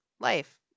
life